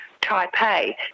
Taipei